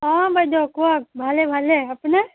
অঁ বাইদেউ কওক ভালে ভালে আপোনাৰ